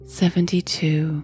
seventy-two